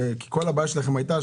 כי כל הבעיה שלכם הייתה